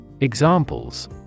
Examples